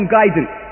guidance